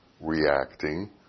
reacting